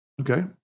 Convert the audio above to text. Okay